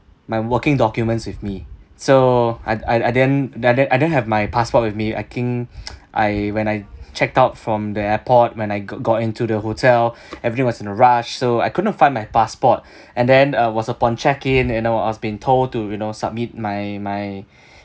my working documents with me so I I I didn't I I didn't have my passport with me I think I when I checked out from the airport when I go~ got into the hotel everything was in a rush so I couldn't find my passport and then uh was upon check in and then I was been told to you know submit my my